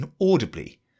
inaudibly